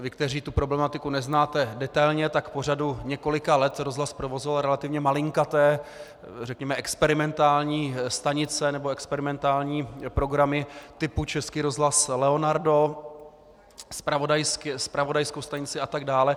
Vy, kteří tu problematiku neznáte detailně, tak po řadu několika let rozhlas provozoval relativně malinkaté, řekněme experimentální stanice nebo experimentální programy typu Český rozhlas Leonardo, zpravodajskou stanici atd.